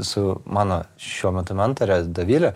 su mano šiuo metu mentore dovile